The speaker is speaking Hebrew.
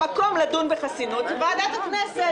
המקום לדון בחסינות זה ועדת הכנסת.